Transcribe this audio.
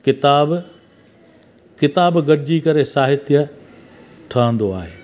किताबु किताबु गॾिजी करे साहित्य ठहंदो आहे